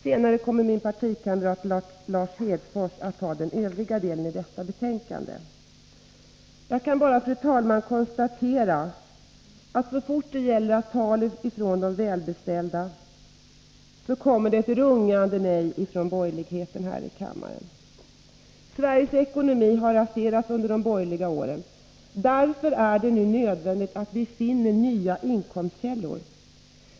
Senare kommer min partikamrat Lars Hedfors att behandla den övriga delen av detta betänkande. Jag kan, fru talman, bara konstatera att det, så fort det gäller att ta från de välbeställda, kommer ett rungande nej från borgerligheten här i kammaren. Sveriges ekonomi har raserats under de borgerliga åren. Därför är det nu nödvändigt att finna nya inkomstkällor.